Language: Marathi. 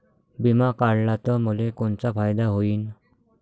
बिमा काढला त मले कोनचा फायदा होईन?